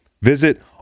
Visit